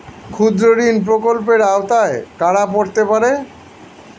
ক্ষুদ্রঋণ প্রকল্পের আওতায় কারা পড়তে পারে?